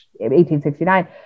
1869